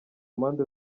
mpande